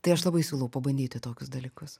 tai aš labai siūlau pabandyti tokius dalykus